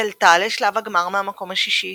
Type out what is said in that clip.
היא עלתה לשלב הגמר מהמקום השישי,